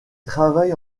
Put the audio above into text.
travaille